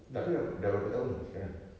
tapi dah dah berapa tahun ni sekarang